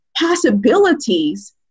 possibilities